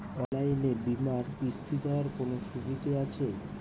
অনলাইনে বীমার কিস্তি দেওয়ার কোন সুবিধে আছে?